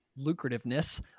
lucrativeness